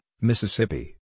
Mississippi